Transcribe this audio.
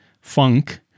funk